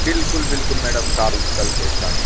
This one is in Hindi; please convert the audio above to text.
बिलकुल बिलकुल मैडम काम कल से स्टार्ट